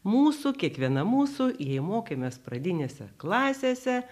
mūsų kiekviena mūsų jei mokėmės pradinėse klasėse